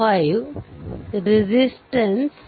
5 resistance